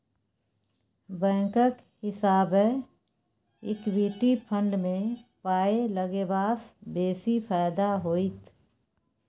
बैंकक हिसाबैं equity fund मे पाय लगेबासँ बेसी फायदा होइत